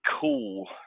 cool